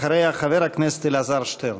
אחריה, חבר הכנסת אלעזר שטרן.